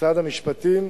משרד המשפטים,